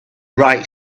write